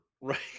Right